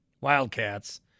Wildcats